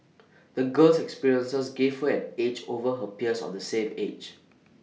the girl's experiences gave her an edge over her peers of the same age